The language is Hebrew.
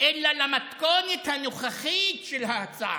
אלא למתכונת הנוכחית של ההצעה.